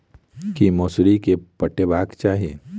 की मौसरी केँ पटेबाक चाहि?